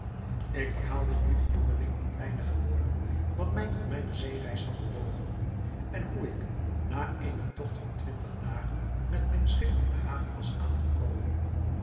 ik verhaalde nu den jongeling in weinige woorden wat mij tot mijne zeereis had bewogen en hoe ik na eenen togt van twintig dagen met mijn schip in de haven was aangekomen